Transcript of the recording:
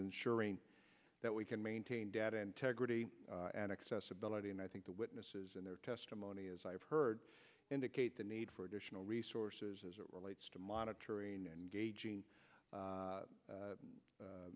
ensuring that we can maintain data integrity and accessibility and i think the witnesses and their testimony as i've heard indicate the need for additional resources as it relates to monitoring engaging